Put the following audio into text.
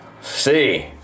see